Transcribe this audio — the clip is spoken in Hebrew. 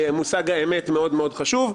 שמושג האמת מאוד-מאוד חשוב להם.